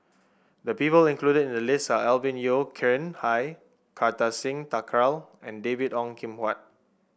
the people included in the list are Alvin Yeo Khirn Hai Kartar Singh Thakral and David Ong Kim Huat